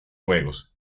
juegos